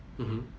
mmhmm